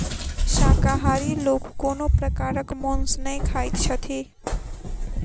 शाकाहारी लोक कोनो प्रकारक मौंस नै खाइत छथि